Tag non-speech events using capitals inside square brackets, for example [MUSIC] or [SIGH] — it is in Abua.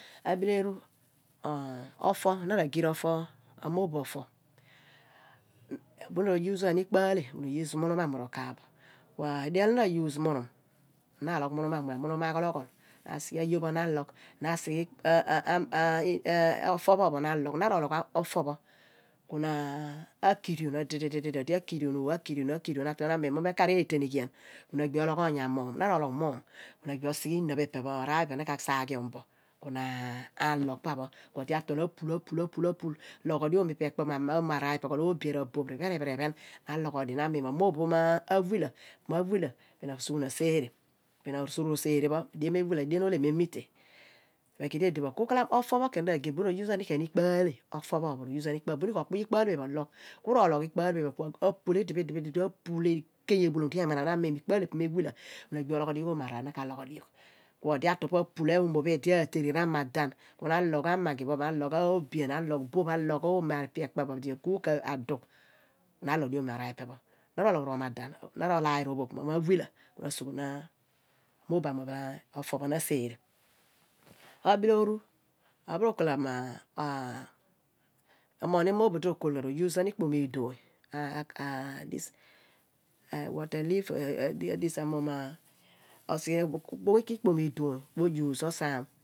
Ebile eru [HESITATION] ofor na ra giir ofor amoobogh ofor bunin ro use glaani ikpo ale bunin ro use ghan munum amue pho ra kaaph bo odiqhi yar di na use munum na logh munun amunum ma ghologhol na sighe ayohpho na loqh na siqhe [HESITATION] ofor pho pho na loqh na ro loqh ku na akirion idi di di di akirion akirion akirion otol amiin mo kaar eeteneghian na gbi ologh onya mum na roloqh mum na gbi obiqhe innah phi pe pho raari pe na ka saaghiom mo ku na alogh pa pho ku odi atol apul, apul, apul loqhodi omo araar ipe ekpe bo oobian ra boph re phe rephe rephen na loqhodi na miun ma maobopho ma wila bin asughuron asereh rosuqhuron ro sereh pho edien meh wila edien oleh meh mite ofor ku na ra giir bunin ro we ghoodi kuen ikpo ale bunin kio kopuy ikpo ale alogh kuro logh ku apul idiphi idiphi idiphi ka opul egey epbulom di ananami na naiin mo ikpo ale pho ipe meh wila ku na igbi ologhodi oomo araar ipe na ka loghodi pho kuodi atol pa apul oomo pho idi aale naghian amadan ku na loqh amaqi na logh oobian, boph aloqh oomo ipe ekpe bo di agugh ka dugh na loghan di oomo araari pe pho na logho ro madan na ro lany ro phogh mo ma wila na sughuron ajereh obile aru amoodopho amuen pho rokol [HESITATION] emoqh mooboph di ro kiol ghan ro use qhen ikpom idoonyi [HESITATION] [UNINTELLIGIBLE] oko ikpom idoonyi mo use osaam